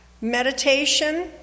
Meditation